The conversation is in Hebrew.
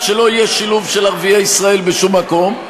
שלא יהיה שילוב של ערביי ישראל בשום מקום.